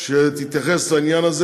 שתתייחס לעניין הזה,